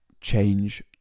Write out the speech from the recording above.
change